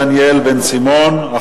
אני מזמין את חבר הכנסת דניאל בן-סימון,